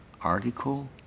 article